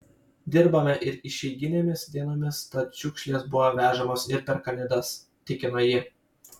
dirbame ir išeiginėmis dienomis tad šiukšlės buvo vežamos ir per kalėdas tikino ji